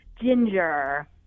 ginger